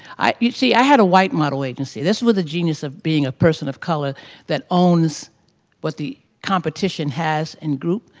i, you see, i had a white model agency. this was the genius of being a person of color that owns what the competition has in group.